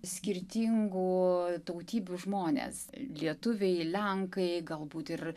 skirtingų tautybių žmonės lietuviai lenkai galbūt ir